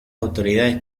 autoridades